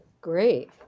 Great